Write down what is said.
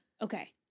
Okay